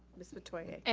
miss metoyer.